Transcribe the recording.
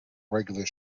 regular